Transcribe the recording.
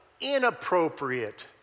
inappropriate